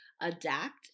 adapt